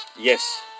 yes